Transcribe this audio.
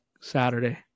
Saturday